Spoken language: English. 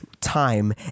time